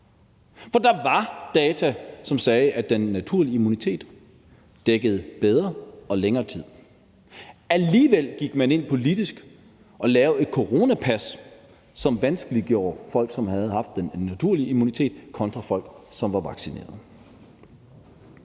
For der var data, som sagde, at den naturlige immunitet dækkede bedre og i længere tid. Alligevel gik man politisk ind og lavede et coronapas, som vanskeliggjorde det, at folk havde haft den naturlige immunitet, kontra det, at folk var vaccinerede.